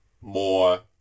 more